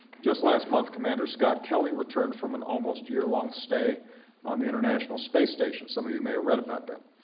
just last month, commander scott kelly returned from an almost a year-long stay on the international space station. some of you may have read about that.